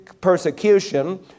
persecution